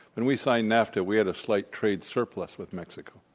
when we signed nafta we had a slight trade surplus with mexico.